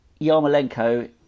Yarmolenko